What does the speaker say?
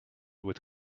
with